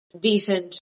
decent